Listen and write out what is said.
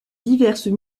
diverses